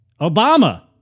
Obama